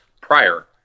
prior